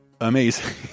amazing